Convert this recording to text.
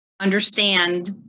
understand